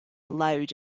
loud